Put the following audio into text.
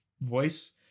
voice